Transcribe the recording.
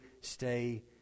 stay